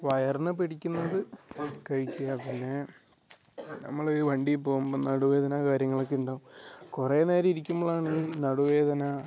വയറിന് പിടിക്കുന്നത് കഴിക്കാൻ പിന്നെ നമ്മൾ ഈ വണ്ടി പോകുമ്പം നടുവേദന കാര്യങ്ങൾ ഒക്കെ ഉണ്ടാവും കുറെ നേരം ഇരിക്കുമ്പോൾ ആണെങ്കില് നടുവേദന